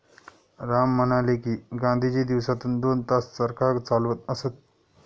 राम म्हणाले की, गांधीजी दिवसातून दोन तास चरखा चालवत असत